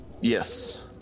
Yes